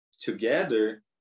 together